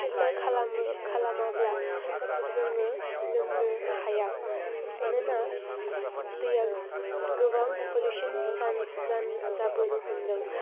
filter खालामाब्ला जोङो लोंनो हाया मानोना दैया गोबां पलिउशन जाबोनो हमदों